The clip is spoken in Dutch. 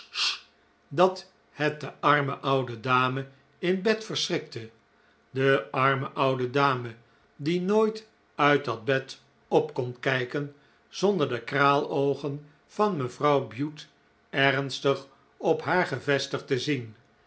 dat het de arme oude dame in bed verschrikte de arme oude dame die nooit uit dat bed op kon kijken zonder de kraal oogen van mevrouw bute ernstig op haar gevestigd te zien